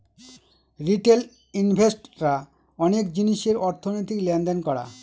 retail invest রা অনেক জিনিসের অর্থনৈতিক লেনদেন করা